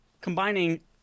combining